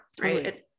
Right